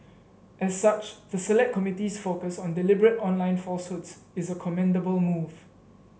as such the select committee's focus on deliberate online falsehoods is a commendable move